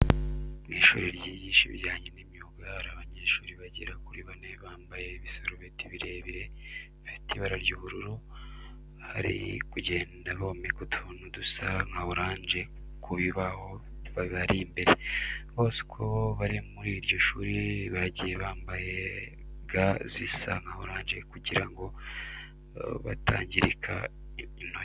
Mu ishuri ryigisha ibijyanye n'imyuga hari abanyeshuri bagera kuri bane bambaye ibisarubeti birebirere bifite ibara ry'ubururu, bari kugenda bomeka utuntu dusa nka oranje ku bibaho bibari imbere. Bose uko bari muri iryo shuri bagiye bambaye ga zisa nka oranje kugira ngo batangirika intoki.